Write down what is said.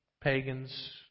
pagans